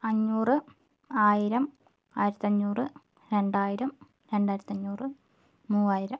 അഞ്ഞൂറ് ആയിരം ആയിരത്തഞ്ഞൂറ് രണ്ടായിരം രണ്ടായിരത്തഞ്ഞൂറ് മൂവായിരം